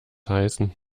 heißen